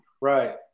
Right